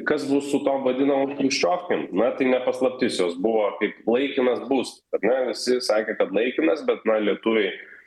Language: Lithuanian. kas bus su tom vadinamom chruščiovkėm na tai ne paslaptis jos buvo kaip laikinas būstas na visi sakė kad laikinas bet na lietuviai